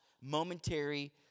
momentary